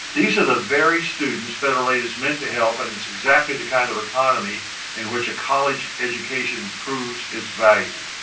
these are the very students federal aid is meant to help and it's exactly the kind of economy in which a college education proves its value.